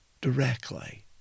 directly